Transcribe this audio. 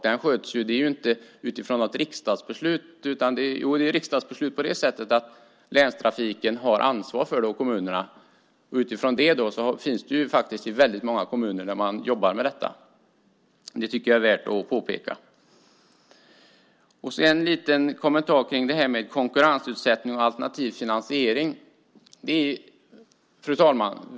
Det är fråga om riksdagsbeslut i och med att länstrafiken och kommunerna har ansvar för trafiken. Många kommuner jobbar med detta. Det är värt att påpeka. Sedan har jag en kommentar om konkurrensutsättning och alternativ finansiering, fru talman.